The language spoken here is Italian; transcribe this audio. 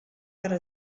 era